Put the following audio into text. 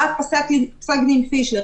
ואז הגיע פסק דין פישלר,